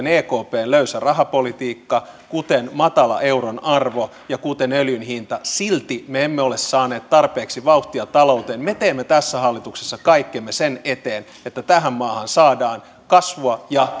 ekpn löysä rahapolitiikka kuten matala euron arvo ja kuten öljyn hinta silti me emme ole saaneet tarpeeksi vauhtia talouteen me teemme tässä hallituksessa kaikkemme sen eteen että tähän maahan saadaan kasvua ja